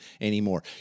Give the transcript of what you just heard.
anymore